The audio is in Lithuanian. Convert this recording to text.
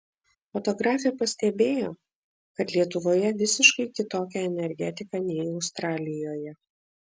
fotografė pastebėjo kad lietuvoje visiškai kitokia energetika nei australijoje